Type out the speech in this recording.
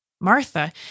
Martha